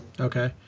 Okay